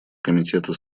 комитета